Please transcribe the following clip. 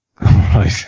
Right